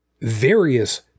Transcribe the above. various